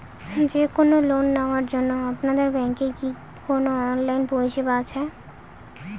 যে কোন লোন নেওয়ার জন্য আপনাদের ব্যাঙ্কের কি কোন অনলাইনে পরিষেবা আছে?